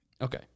Okay